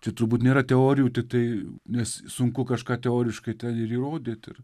tai turbūt nėra teorijų titai nes sunku kažką teoriškai ten ir įrodyt ir